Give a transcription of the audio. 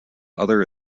other